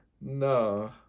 No